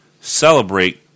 celebrate